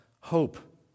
hope